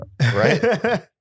right